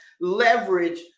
leverage